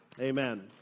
Amen